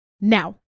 now